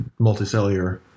multicellular